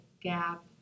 gap